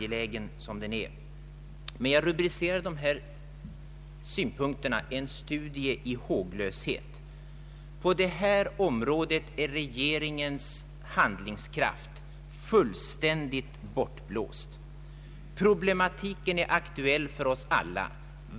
Jag vill emellertid på nytt rubricera regeringens hållning som en studie i håglöshet. På detta område är regeringens handlingskraft = fullständigt bortblåst. Problematiken är aktuell för oss alla.